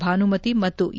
ಭಾನುಮತಿ ಮತ್ತು ಎ